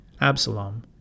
Absalom